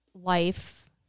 life